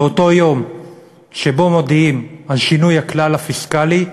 באותו יום שבו מודיעים על שינוי הכלל הפיסקלי,